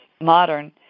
modern